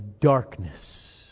darkness